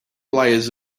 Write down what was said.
layers